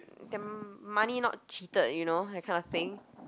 their money not cheated you know that kind of thing